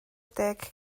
deg